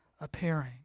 appearing